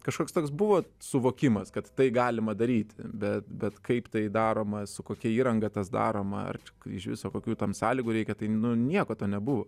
kažkoks toks buvo suvokimas kad tai galima daryti bet bet kaip tai daroma su kokia įranga tas daroma ar iš viso kokių tam sąlygų reikia tai nieko to nebuvo